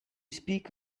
speak